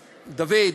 דוד.